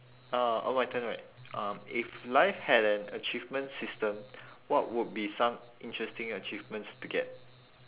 orh oh my turn right um if life had an achievement system what would be some interesting achievements to get